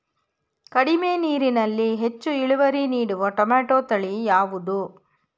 ಕಡಿಮೆ ನೀರಿನಲ್ಲಿ ಹೆಚ್ಚು ಇಳುವರಿ ನೀಡುವ ಟೊಮ್ಯಾಟೋ ತಳಿ ಯಾವುದು?